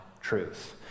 truth